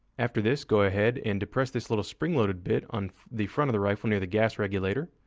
after this, go ahead and depress this little spring-loaded bit on the front of the rifle near the gas regulator.